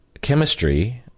chemistry